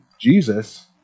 Jesus